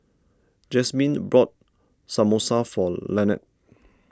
Jazmyne bought Samosa for Lanette